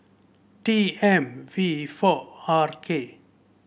T M V four Red K